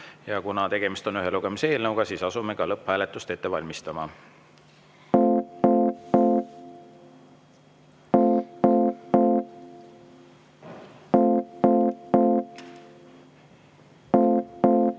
Kuna tegemist on ühe lugemisega eelnõuga, siis asume lõpphääletust ette valmistama. Head